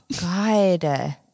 God